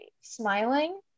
Smiling